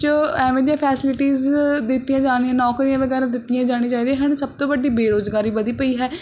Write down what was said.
ਐਵੇਂ ਦੀਆਂ ਫੈਸਿਲਿਟੀਜ ਦਿੱਤੀਆਂ ਜਾਣੀਆਂ ਨੌਕਰੀਆਂ ਵਗੈਰਾ ਦਿੱਤੀਆਂ ਜਾਣੀਆਂ ਚਾਹੀਦੀਆਂ ਹਨ ਸਭ ਤੋਂ ਵੱਡੀ ਬੇਰੋਜ਼ਗਾਰੀ ਵਧੀ ਪਈ ਹੈ